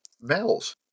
males